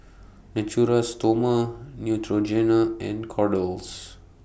Natura Stoma Neutrogena and Kordel's